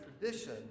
tradition